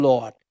Lord